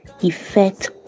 effect